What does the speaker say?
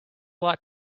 lot